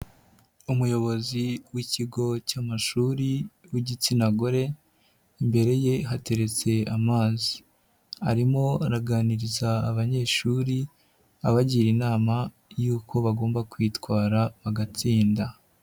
Umuyobozi w'ikigo cy'amashuri w'igitsina gore, imbere ye hateretse amazi, arimo araganiriza abanyeshuri abagira inama y'uko bagomba kwitwara bagatsinda.